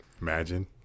Imagine